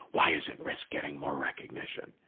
why isn't risk! getting more recognition,